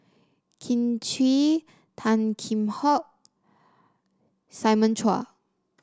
Kin Chui Tan Kheam Hock Simon Chua